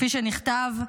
כפי שנכתב,